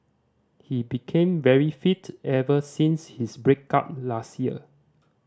he became very fit ever since his break up last year